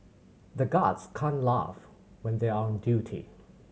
the guards can't laugh when they are on duty